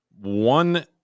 one